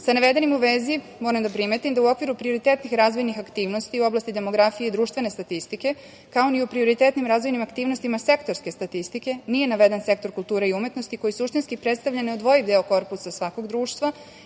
navedenim u vezi moram da primetim da u okviru prioritetnih razvojnih aktivnosti u oblasti demografije i društvene statistike, kao i ni u prioritetnim razvojnim aktivnostima sektorske statistike nije naveden sektor kulture i umetnosti koji suštinski predstavlja neodvojiv deo korpusa svakog društva,